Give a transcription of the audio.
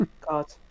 God